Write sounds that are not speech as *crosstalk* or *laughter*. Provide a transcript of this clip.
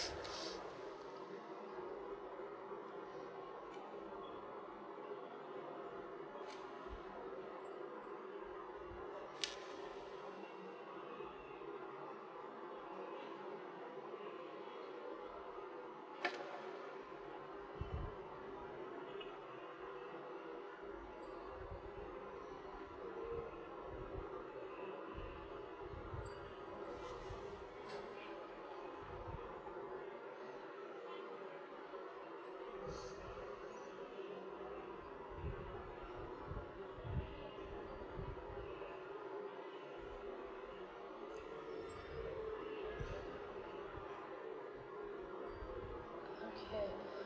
*breath* *noise* okay